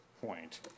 point